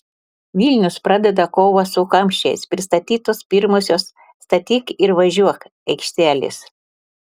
vilnius pradeda kovą su kamščiais pristatytos pirmosios statyk ir važiuok aikštelės